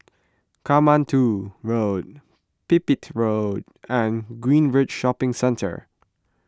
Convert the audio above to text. Katmandu Road Pipit Road and Greenridge Shopping Centre